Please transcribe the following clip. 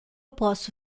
posso